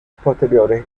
posteriores